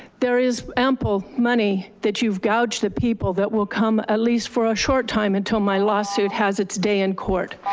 there is ample money that you've gouged the people that will come at least for a short time until my lawsuit has its day in court.